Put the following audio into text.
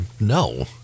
No